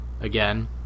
again